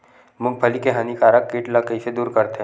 मूंगफली के हानिकारक कीट ला कइसे दूर करथे?